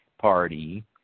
party